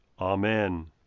Amen